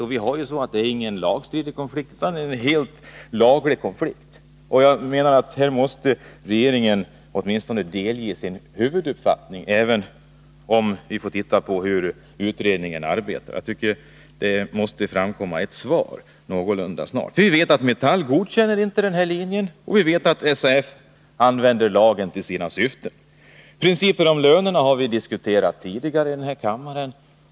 Det var ju inte fråga om några lagstridiga konflikter, utan de är helt lagliga. Jag menar att regeringen här åtminstone måste delge oss sin huvuduppfattning, även om vi får se efter hur utredningen arbetar. Jag tycker att det måste framkomma ett svar någorlunda snart, för vi vet att Metall inte godkänner den här linjen, och vi vet att SAF använder lagen för sina syften. Principen om lönerna har vi diskuterat tidigare här i kammaren.